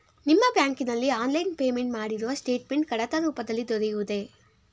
ನಿಮ್ಮ ಬ್ಯಾಂಕಿನಲ್ಲಿ online payment ಮಾಡಿರುವ ಸ್ಟೇಟ್ಮೆಂಟ್ ಕಡತ ರೂಪದಲ್ಲಿ ದೊರೆಯುವುದೇ?